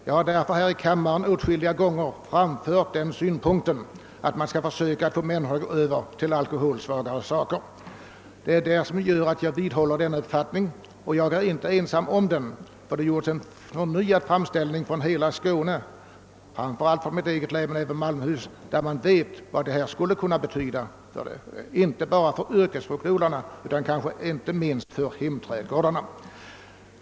Jag har därför i kammaren åtskilliga gånger framfört den synpunkten att man skall försöka få människorna att gå över till alkoholsvagare sorter. Jag vidhåller min uppfattning, och jag är inte ensam om den. Det har nämligen gjorts en förnyad framställning från hela Skåne — framför allt från mitt eget län men även från Malmöhus län — där man vet vad detta skulle kunna betyda, inte bara för yrkesfruktodlarna utan även för hemträdgårdarna.